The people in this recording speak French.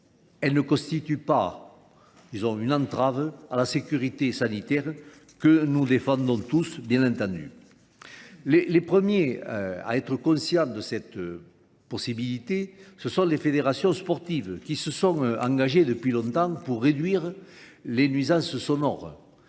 elle ne constitue pas Ils ont une entrave à la sécurité sanitaire que nous défendons tous, bien entendu. Les premiers à être conscients de cette possibilité, ce sont les fédérations sportives qui se sont engagées depuis longtemps pour réduire les nuisances sonores